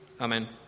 Amen